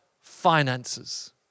finances